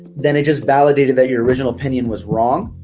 then it just validated that your original opinion was wrong.